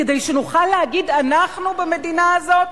כדי שנוכל להגיד "אנחנו" במדינה הזאת?